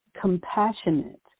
compassionate